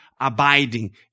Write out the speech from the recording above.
abiding